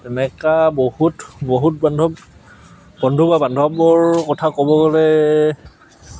এনেকা বহুত বহুত বান্ধৱ বন্ধু বা বান্ধৱৰ কথা ক'ব গ'লে